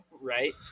Right